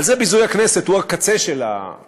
אבל זה ביזוי הכנסת, והוא הקצה של הקרחון.